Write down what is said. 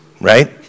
right